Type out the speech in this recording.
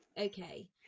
okay